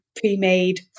pre-made